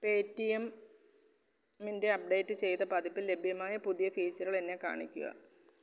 പേടിഎംമ്ൻ്റെ update ചെയ്ത പതിപ്പിൽ ലഭ്യമായ പുതിയ ഫീച്ചറുകൾ എന്നെ കാണിക്കുക